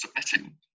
submitting